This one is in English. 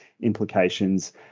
implications